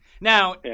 Now